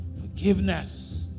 Forgiveness